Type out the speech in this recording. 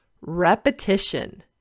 Repetition